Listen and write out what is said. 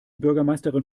bürgermeisterin